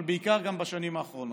אבל בעיקר בשנים האחרונות.